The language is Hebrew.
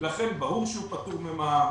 לכן ברור שהוא פטור ממע"מ,